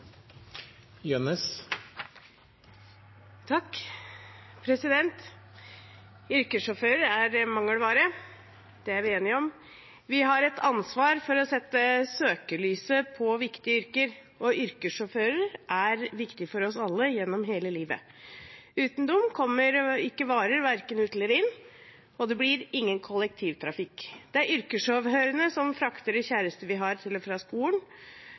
å sette søkelyset på viktige yrker, og yrkessjåfører er viktig for oss alle gjennom hele livet. Uten dem kommer ikke varer verken ut eller inn, og det blir ingen kollektivtrafikk. Det er yrkessjåførene som frakter det kjæreste vi har, til og fra skolen,